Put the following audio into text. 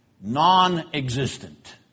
non-existent